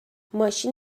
ماشین